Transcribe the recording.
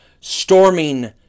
storming